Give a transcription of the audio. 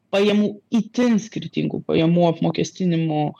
pajamų itin skirtingų pajamų apmokestinimu